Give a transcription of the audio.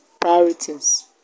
priorities